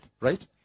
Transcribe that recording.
Right